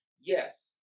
yes